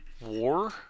war